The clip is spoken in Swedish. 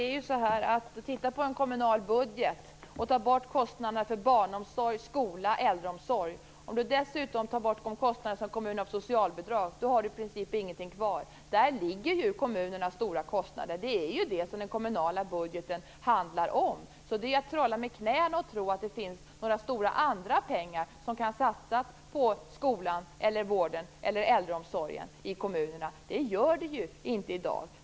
Fru talman! Om man från en kommunal budget tar bort kostnaderna för barnomsorg, skola, äldreomsorg och dessutom tar bort de kostnader som kommunen har för socialbidrag, har man i princip ingenting kvar. Där ligger ju kommunernas stora kostnader. Det är det som den kommunala budgeten handlar om. Det är att trolla med knäna att tro att det finns några stora andra pengar som kan satsas på skolan, vården eller äldreomsorgen i kommunerna. Det gör det ju inte i dag.